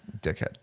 dickhead